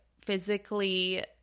physically